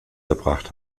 verbracht